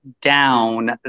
down